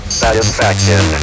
satisfaction